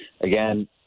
again